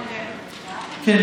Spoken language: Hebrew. כן,